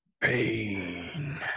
Pain